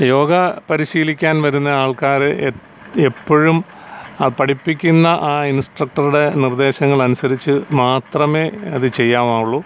യോഗ പരിശീലിക്കാൻ വരുന്ന ആൾക്കാര് എപ്പോഴും ആ പഠിപ്പിക്കുന്ന ആ ഇൻസ്ട്രക്ടറുടെ നിർദ്ദേശങ്ങൾ അനുസരിച്ച് മാത്രമേ അത് ചെയ്യാമാവുള്ളൂ